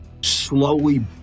slowly